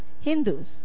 Hindus